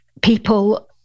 people